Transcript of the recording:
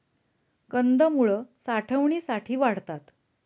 कंदमुळं साठवणीसाठी वाढतात